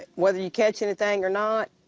whether you catch anything or not,